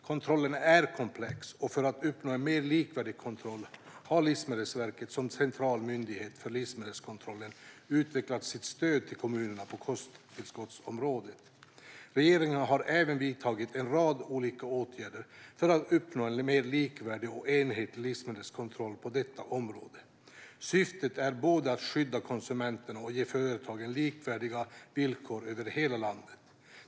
Kontrollen är komplex, och för att uppnå en mer likvärdig kontroll har Livsmedelsverket, som central myndighet för livsmedelskontrollen, utvecklat sitt stöd till kommunerna på kosttillskottsområdet. Regeringen har även vidtagit en rad olika åtgärder för att uppnå en mer likvärdig och enhetlig livsmedelskontroll på detta område. Syftet är både att skydda konsumenterna och att ge företagen likvärdiga villkor över hela landet.